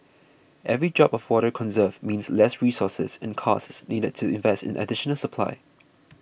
every drop of water conserved means less resources and costs needed to invest in additional supply